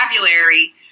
vocabulary